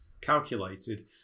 calculated